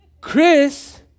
Chris